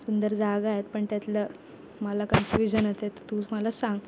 सुंदर जागा आहेत पण त्यातलं मला कन्फ्युजन येते तर तूच मला सांग